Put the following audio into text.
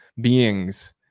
beings